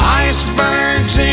icebergs